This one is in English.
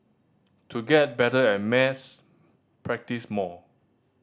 to get better at maths practise more